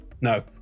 No